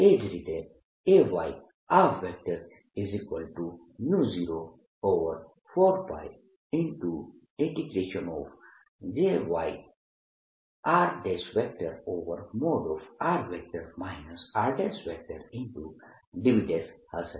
એ જ રીતે Ayr04πJ yr|r r|dV હશે